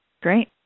Great